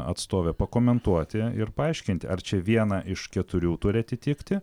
atstovė pakomentuoti ir paaiškinti ar čia vieną iš keturių turi atitikti